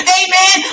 amen